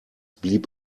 blieb